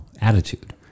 attitude